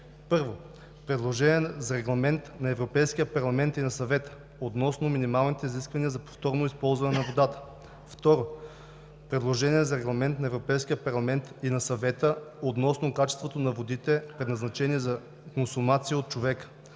1. Предложение за Регламент на Европейския парламент и на Съвета относно минималните изисквания за повторното използване на водата. 2. Предложение за Регламент на Европейския парламент и на Съвета относно качеството на водите, предназначени за консумация от човека.